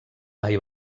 mai